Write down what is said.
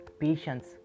Patience